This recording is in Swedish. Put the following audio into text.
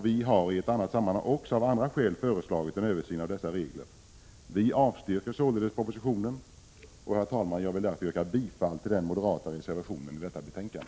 Vi har i annat sammanhang också av andra skäl föreslagit en översyn av dessa regler. Vi avstyrker således propositionen. Herr talman! Jag vill därför yrka bifall till den moderata reservationen till detta betänkande.